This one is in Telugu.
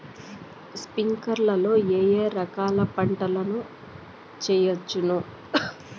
స్ప్రింక్లర్లు లో ఏ ఏ రకాల పంటల ను చేయవచ్చును?